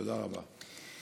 תודה רבה.